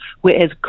whereas